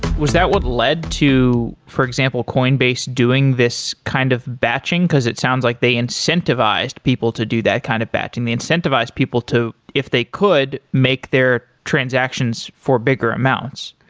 was that what led to, for example, coinbase doing this kind of batching, because it sounds like they incentivized people to do that kind of batching? they incentivized people to, if they could, make their transactions for bigger amounts.